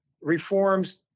reforms